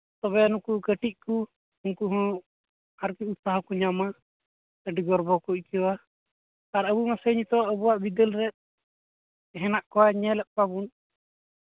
ᱛᱚᱵᱮ ᱱᱩᱠᱩ ᱠᱟᱹᱴᱤᱡ ᱠᱚ ᱩᱱᱠᱩᱦᱚᱸ ᱟᱨᱠᱤ ᱩᱛᱥᱟᱦᱚ ᱠᱚ ᱧᱟᱢᱟ ᱟᱹᱰᱤ ᱜᱚᱨᱵᱚ ᱠᱚ ᱟᱹᱭᱠᱟᱹᱣᱟ ᱟᱨ ᱟᱵᱚ ᱢᱟ ᱥᱮᱭ ᱱᱤᱛᱚᱜ ᱟᱵᱚᱣᱟᱜ ᱵᱤᱫᱟᱹᱞ ᱨᱮ ᱦᱮᱱᱟᱜ ᱠᱚᱣᱟ ᱧᱮᱞᱮᱜ ᱠᱚᱣᱟᱵᱚᱱ